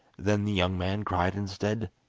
then the young man cried instead,